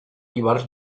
ivars